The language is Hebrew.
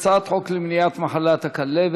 הצעת חוק למניעת מחלת הכלבת,